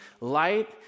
light